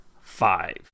five